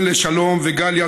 בן לשלום וגליה,